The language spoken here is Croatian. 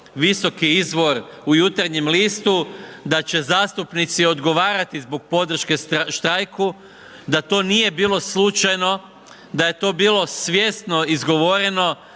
visoki izvor u Jutarnjem listu, da će zastupnici odgovarati zbog podrške štrajku, da to nije bilo slučajno, da je to bilo svjesno izgovoreno